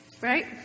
Right